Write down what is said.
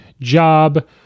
job